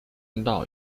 听到